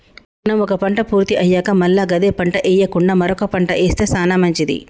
మనం ఒక పంట పూర్తి అయ్యాక మల్ల గదే పంట ఎయ్యకుండా మరొక పంట ఏస్తె సానా మంచిది